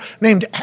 named